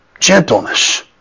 gentleness